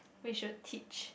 we should teach